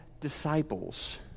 disciples